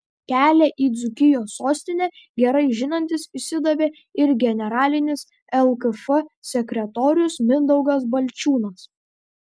kelią į dzūkijos sostinę gerai žinantis išsidavė ir generalinis lkf sekretorius mindaugas balčiūnas